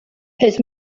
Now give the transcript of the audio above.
his